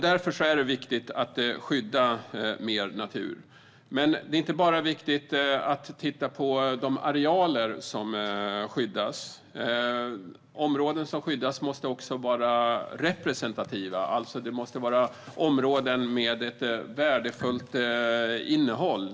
Därför är det viktigt att skydda mer natur. Men det är inte bara viktigt att titta på de arealer som skyddas. Områden som skyddas måste också vara representativa, alltså ha ett värdefullt innehåll.